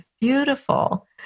beautiful